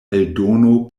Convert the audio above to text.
eldono